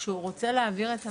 כשהוא רוצה להעביר את המידע,